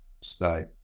state